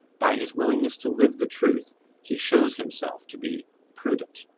by his willingness to live the truth he shows himself to be prudent.